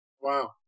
Wow